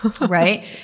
right